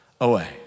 away